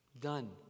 Done